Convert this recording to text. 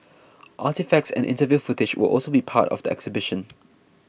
artefacts and interview footage will also be part of the exhibition